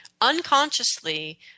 Unconsciously